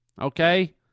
Okay